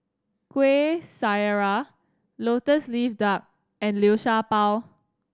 Kuih Syara Lotus Leaf Duck and Liu Sha Bao